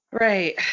Right